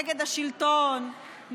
נגד השלטון,